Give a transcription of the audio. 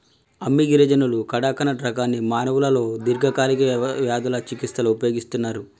అమ్మి గిరిజనులు కడకనట్ రకాన్ని మానవులలో దీర్ఘకాలిక వ్యాధుల చికిస్తలో ఉపయోగిస్తన్నరు